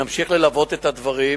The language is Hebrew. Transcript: נמשיך ללוות את הדברים,